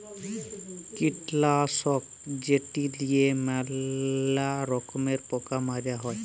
কীটলাসক যেট লিঁয়ে ম্যালা রকমের পকা মারা হ্যয়